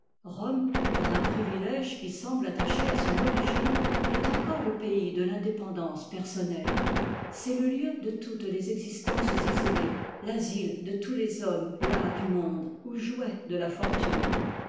rome par un privilège qui semble attaché à son origine est encore le pays de tindépendance personnelle c'est le lieu de part toutes les existences isolées l'asile de tous liv h les hommes las du monde ou jouets de la fortune